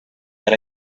that